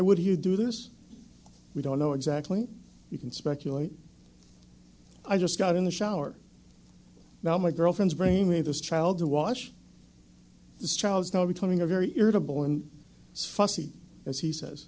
would you do this we don't know exactly you can speculate i just got in the shower now my girlfriend's brainwave this child to watch this trial is now becoming a very irritable and fussy as he says